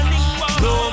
no